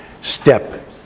Step